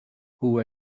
who